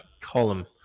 column